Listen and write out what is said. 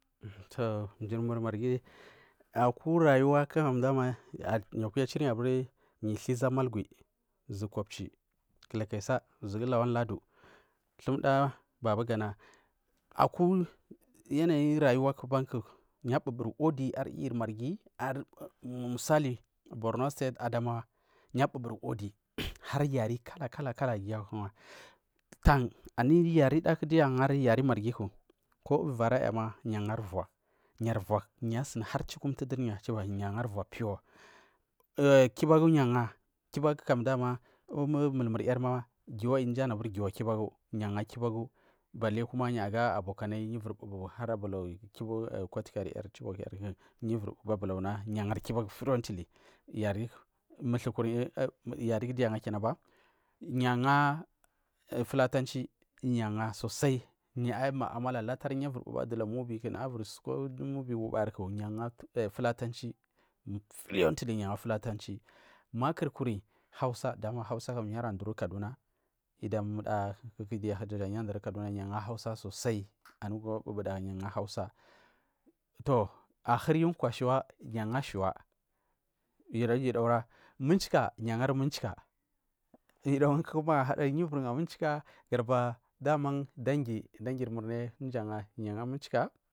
Mjirmur marghi aku rayuwaku ndama akurachuy aburi yu mduri yu thliga malakwi bgu kochi kilakisa gugu lawan ladu thumda babagana aku yanayi rayuwaku abanku yu abuburi wodi marghi misali borno state adamawa yu abuburi wodi har yari kala kala gul ivirga tan anu yari ku duyu agari ko ivurayamg yu angari vwa, vwa yu asuni chikumtu duri ya chiba vwa piwa alkibagu yu anga kibaagu dama umulmurya mji anu aburi giwa kibagu balai yu aga abokanai yu ivur bubu abalauwu kautikari chibokyar yu ivur mbu laguna yu angari kibagu fluently mathukuryi yarigu giu achukina bay u anga fulafanci yu anga sosai yu armu amala yu ivur mai adu laku mubi yarku iviri suku mubi uba yarku fulatanchi fluently yu angari fulatanchi markurkunn hausa da ama hausa yu latari ivi kaduna inda ra mbuda yu indaraja yu angari hausa sosai anu mbubuda yu angari hausa anu mbubuda yu angari hausa toh ahuriyu kwa shuwa yu angari michika yudagumari kuku magu ahadari yu ivur gari michika gadubari da ama dangi dangimur dumuranga yu anga michika.